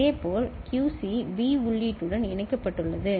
இதேபோல் QC B உள்ளீட்டுடன் இணைக்கப்பட்டுள்ளது